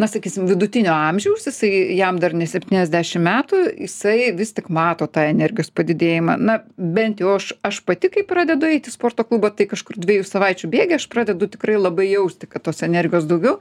na sakysim vidutinio amžiaus jisai jam dar ne septyniasdešim metų jisai vis tik mato tą energijos padidėjimą na bent jau aš aš pati kai pradedu eit į sporto klubą tai kažkur dviejų savaičių bėgy aš pradedu tikrai labai jausti kad tos energijos daugiau